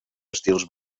estils